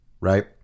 right